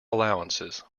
allowances